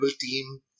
team